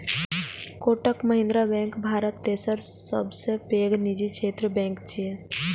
Kotak Mahindra bank Bharat तेसर सबसं पैघ निजी क्षेत्रक बैंक छियै